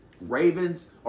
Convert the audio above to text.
Ravens